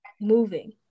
moving